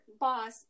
boss